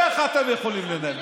איך אתם יכולים לנהל?